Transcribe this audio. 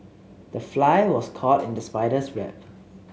the fly was caught in the spider's web